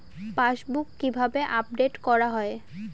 Passbook কিভাবে update করা হয়?